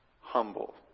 humble